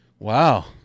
Wow